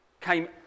came